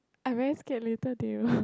I very scared later they will